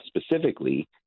specifically